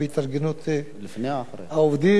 העובדים והאיומים על עובדי "כלל ביטוח".